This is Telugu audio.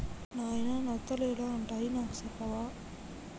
నాయిన నత్తలు ఎలా వుంటాయి నాకు సెప్పవా